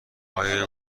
آیا